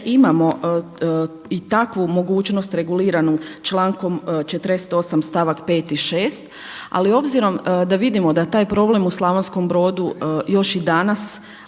imamo i takvu mogućnost reguliranu člankom 48. stavak 5. i 6., ali obzirom da vidimo da taj problem u Slavonskom Brodu još i danas,